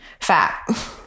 fat